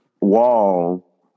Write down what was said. wall